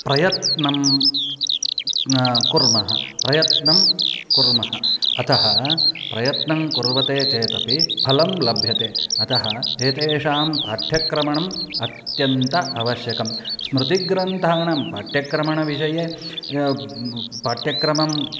प्रयत्नं कुर्मः प्रयत्नं कुर्मः अतः प्रयत्नं कुर्वते चेदपि फलं लभ्यते अतः एतेषां पाठ्यक्रमाणाम् अत्यन्तम् आवश्यकं स्मृतिग्रन्थानां पाठ्यक्रमाणां विषये पाठ्यक्रमं